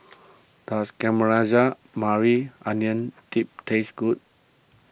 does Caramelized Maui Onion Dip taste good